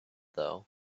though